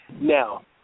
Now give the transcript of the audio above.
Now